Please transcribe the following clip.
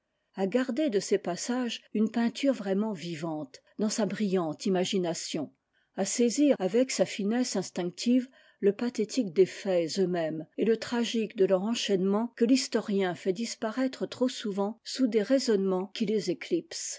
à garder de ses passages une peinture vraiment vivante dans sa brillante imagination à saisir avec sa finesse instinctive le pathétique des faits eux-mêmes et te tragique de leur enchaînement que l'historien fait disparaître trop souvent sous des raisonnements qui les éclipsent